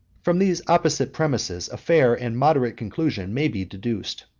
from these opposite premises, a fair and moderate conclusion may be deduced.